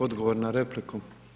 Odgovor na repliku.